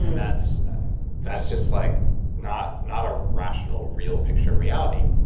that's that's just like not not a rational real picture of reality.